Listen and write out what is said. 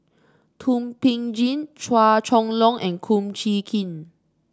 Thum Ping Tjin Chua Chong Long and Kum Chee Kin